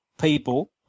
people